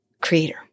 creator